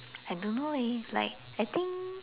I don't know leh like I think